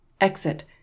Exit